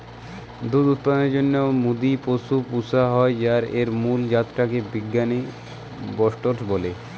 দুধ উৎপাদনের জন্যে মাদি পশু পুশা হয় আর এর মুল জাত টা কে বিজ্ঞানে বস্টরস বলে